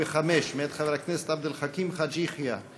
205 מאת חבר הכנסת עבד אל חכים חאג' יחיא.